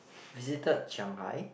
visited Shanghai